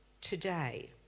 today